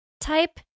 type